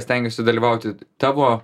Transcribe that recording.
stengiuosi dalyvauti tavo